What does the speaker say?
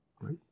right